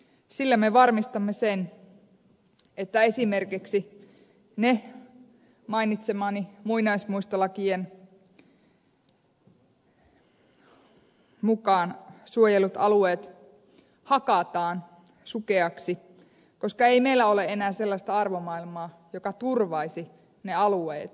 sillä me varmistamme sen että esimerkiksi ne mainitsemani muinaismuistolakien mukaan suojellut alueet hakataan sukeaksi koska ei meillä ole enää sellaista arvomaailmaa joka turvaisi ne alueet